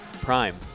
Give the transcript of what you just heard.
Prime